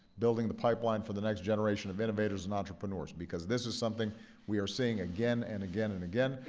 building the pipeline for the next generation of innovators and entrepreneurs because this is something we are seeing again and again and again.